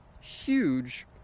huge